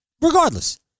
regardless